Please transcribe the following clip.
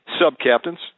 sub-captains